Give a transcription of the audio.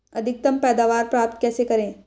अधिकतम पैदावार प्राप्त कैसे करें?